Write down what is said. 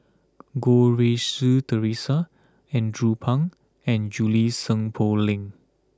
Goh Rui Si Theresa Andrew Phang and Junie Sng Poh Leng